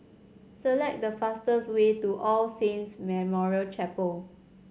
select the fastest way to All Saints Memorial Chapel